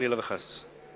חלילה וחס.